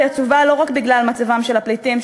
והיא עצובה לא רק בגלל מצבם של הפליטים,